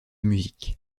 musique